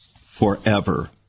forever